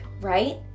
right